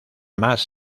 más